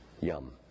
Yum